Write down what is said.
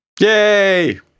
Yay